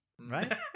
right